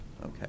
Okay